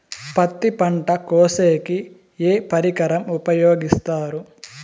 పత్తి పంట కోసేకి ఏ పరికరం ఉపయోగిస్తారు?